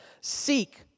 Seek